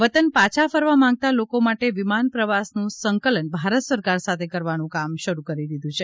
વતન પાછા ફરવા માંગતા લોકો માટે વિમાન પ્રવાસ નું સંકલન ભારત સરકાર સાથે કરવાનું કામ શરૂ કરી દીધું છે